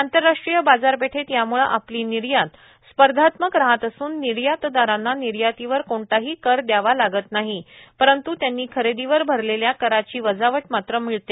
आंतरराष्ट्रीय बाजारपेठेत याम्ळे आपली निर्यात स्पर्धात्मक राहात असून निर्यातदारांना निर्यातीवर कोणताही कर दयावा लागत नाही परंत्ए त्यांनी खरेदीवर भरलेल्या कराची वजावट मात्र मिळते